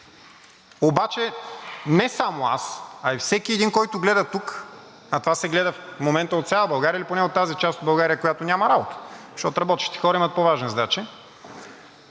Обаче не само аз, а и всеки един, който гледа тук, а това се гледа в момента от цяла България или поне от тази част от България, която няма работа, защото работещите хора имат по-важни задачи,